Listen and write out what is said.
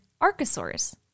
archosaurs